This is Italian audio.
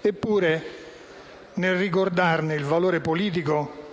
Eppure, nel ricordarne il valore politico,